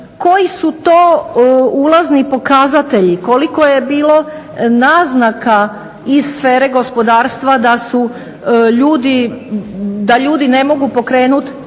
koji su to ulazni pokazatelji, koliko je bilo naznaka iz sfere gospodarstva da ljudi ne mogu pokrenut